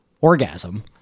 orgasm